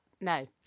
no